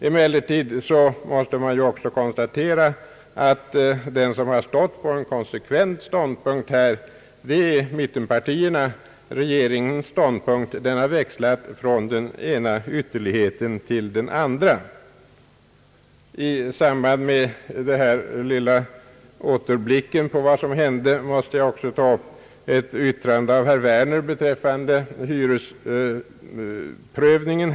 Emellertid måste man också konstatera att den som stått på en konsekvent ståndpunkt är mittenpartierna. Regeringens ståndpunkt har växlat från den ena ytterligheten till den andra. I samband med denna lilla återblick på vad som hänt måste jag också ta upp ett yttrande av herr Werner beträffande hyresprövningen.